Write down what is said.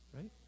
right